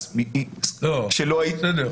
זה בסדר.